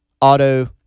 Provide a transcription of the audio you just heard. auto